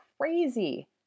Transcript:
crazy